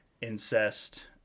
incest